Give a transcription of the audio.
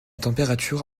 température